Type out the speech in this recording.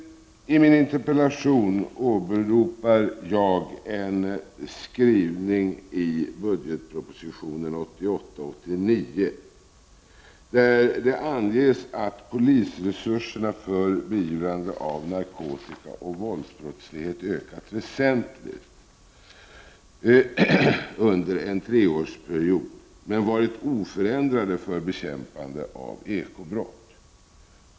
I min interpellation åberopar jag en skrivning i budgetpropositionen 1988/89, där det anges att polisresurserna för beivrande av narkotikaoch våldsbrottslighet ökat väsentligt under en treårsperiod men varit oförändrade för bekämpande av ekobrott.